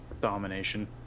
domination